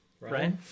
right